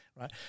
Right